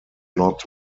not